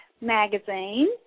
Magazine